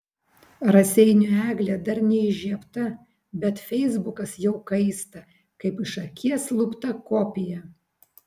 raseinių eglė dar neįžiebta bet feisbukas jau kaista kaip iš akies lupta kopija